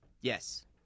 Yes